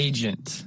Agent